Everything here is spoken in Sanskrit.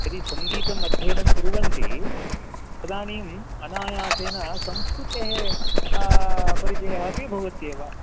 यदि सङ्गीतम् अध्ययनं कुर्वन्ति तदानीम् अनायासेन संस्कृतेः परिचयः अपि भवत्येव